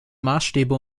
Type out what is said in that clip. maßstäbe